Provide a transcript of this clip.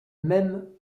même